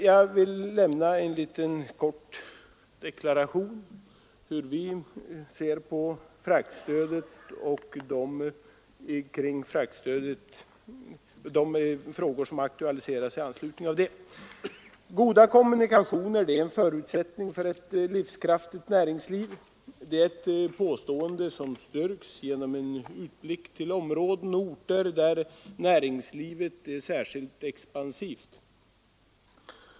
Jag vill lämna en kort redogörelse över hur vi i centern ser på fraktstödet och de frågor som aktualiserats i anslutning härtill. Goda kommunikationer är en förutsättning för ett livskraftigt näringsliv. Det är ett påstående som styrks genom en utblick till områden och orter där näringslivet är särskilt expansivt.